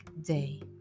day